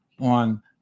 on